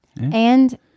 And-